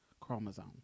chromosome